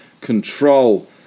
control